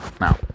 Now